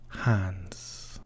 Hands